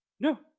No